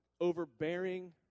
overbearing